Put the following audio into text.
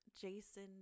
jason